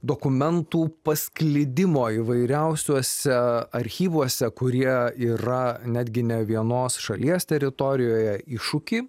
dokumentų pasklidimo įvairiausiuose archyvuose kurie yra netgi ne vienos šalies teritorijoje iššūkį